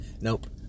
Nope